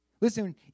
Listen